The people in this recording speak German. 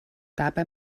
dabei